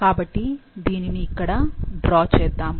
కాబట్టి దీనిని ఇక్కడ డ్రా చేద్దాము